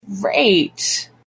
Great